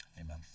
amen